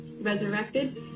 resurrected